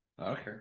okay